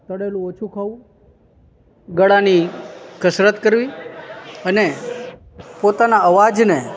તળેલું ઓછું ખાવું ગળાની કસરત કરવી અને પોતાના અવાજને